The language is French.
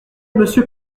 monsieur